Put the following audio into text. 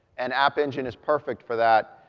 and app engine is perfect for that.